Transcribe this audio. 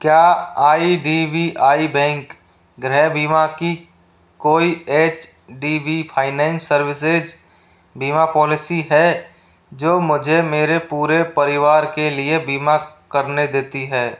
क्या I D B I bank गृह बीमा की कोई H D B finance services बीमा पॉलिसी है जो मुझे मेरे पूरे परिवार के लिए बीमा करने देती है